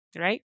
right